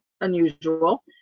unusual